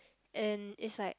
and it's like